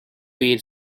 beat